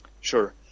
Sure